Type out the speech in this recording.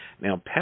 Now